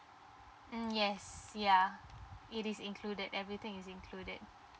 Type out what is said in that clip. mm yes ya it is included everything is included